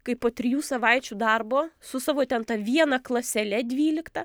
kai po trijų savaičių darbo su savo ten ta viena klasele dvylikta